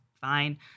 fine